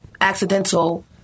accidental